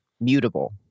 mutable